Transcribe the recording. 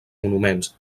monuments